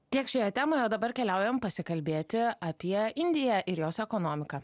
tiek šioje temoj o dabar keliaujam pasikalbėti apie indiją ir jos ekonomiką